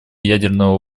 ядерного